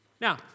Now